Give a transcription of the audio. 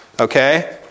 Okay